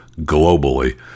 globally